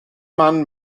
man